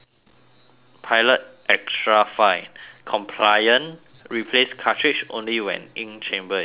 pilot extra fine compliant replace cartridge only when ink chamber is empty